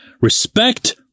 Respect